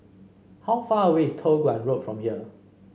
how far away is Toh Guan Road from here